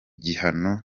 gihano